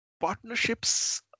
partnerships